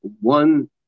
one